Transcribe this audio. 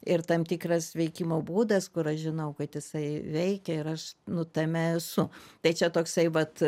ir tam tikras veikimo būdas kur aš žinau kad jisai veikia ir aš nu tame esu tai čia toksai vat